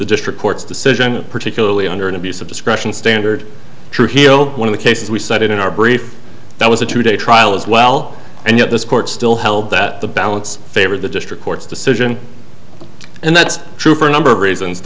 the district court's decision particularly under an abuse of discretion standard trujillo one of the cases we cited in our brief that was a two day trial as well and yet this court still held that the balance favors the district court's decision and that's true for a number of reasons